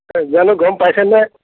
জানো গম পাইছেনে নাই